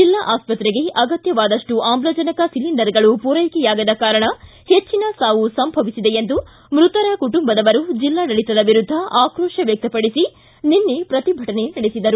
ಜಿಲ್ಲಾಸ್ವತ್ರೆಗೆ ಅಗತ್ಯವಾದಷ್ಟು ಆಮ್ಲಜನಕ ಸಿಲಿಂಡರ್ಗಳು ಪೂರೈಕೆಯಾಗದ ಕಾರಣ ಹೆಚ್ಚಿನ ಸಾವು ಸಂಭವಿಸಿದೆ ಎಂದು ಮೃತರ ಕುಟುಂಬದವರು ಜಿಲ್ಲಾಡಳಿತದ ವಿರುದ್ದ ಆಕ್ರೋಶ ವ್ಯಕ್ತಪಡಿಸಿ ನಿನ್ನೆ ಪ್ರತಿಭಟನೆ ನಡೆಸಿದರು